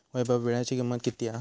वैभव वीळ्याची किंमत किती हा?